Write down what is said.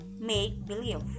make-believe